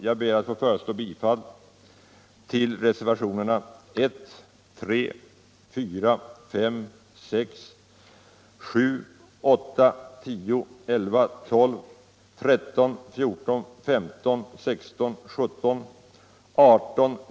Jag ber att få föreslå bifall till reservationerna 1, 3, 4, 5,6, 7, & 10; 11; 12:13, 14, 13, 16, 17, 18.